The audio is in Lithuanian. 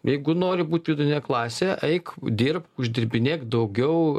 jeigu nori būt vidutine klase eik dirbk uždirbinėk daugiau